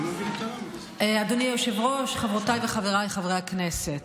אדוני היושב-ראש, חברותיי וחברי חבריי הכנסת,